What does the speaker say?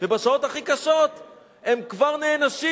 ובשעות הכי קשות הם כבר נענשים.